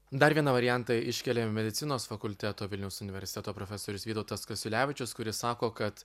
dar vieną variantą iškelia medicinos fakulteto vilniaus universiteto profesorius vytautas kasiulevičius kuris sako kad